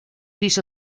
gris